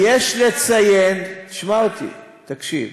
מה עם החלק, יש לציין, תשמע אותי, תקשיב,